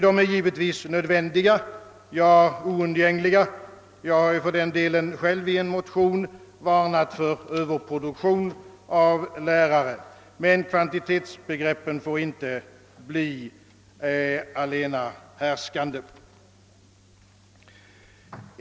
De är givetvis nödvändiga, ja oundgängliga — jag har för övrigt själv i en motion varnat för överproduktion av lärare —- men kvantitets begreppen får inte bli allenahärskande.